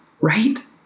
right